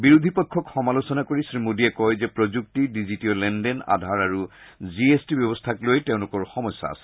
বিৰোধী পক্ষক সমালোচনা কৰি শ্ৰীমোডীয়ে কয় যে প্ৰযুক্তি ডিজিটীয় লেন দেন আধাৰ আৰু জি এছ টি ব্যৱস্থাক লৈ তেওঁলোকৰ সমস্যা আছে